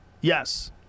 Yes